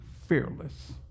fearless